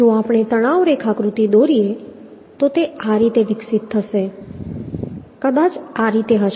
જો આપણે તણાવ રેખાકૃતિ દોરીએ તો તે આ રીતે વિકસિત થશે કદાચ આ રીતે હશે